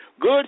Good